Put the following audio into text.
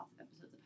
episodes